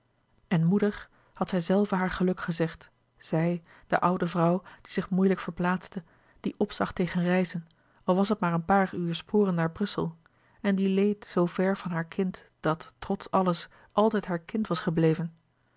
en moeder had zij zelve haar geluk gezegd zij de oude vrouw die zich moeilijk verplaatste die opzag tegen reizen al was het maar een paar uur sporen naar brussel en die leed zoo ver van haar kind dat trots alles altijd haar kind was gebleven